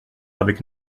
avec